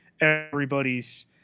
everybody's